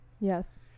Yes